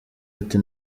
ati